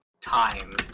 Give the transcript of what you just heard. time